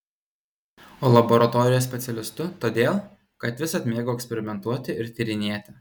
o laboratorijos specialistu todėl kad visad mėgau eksperimentuoti ir tyrinėti